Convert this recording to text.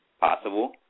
Possible